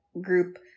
group